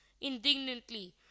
indignantly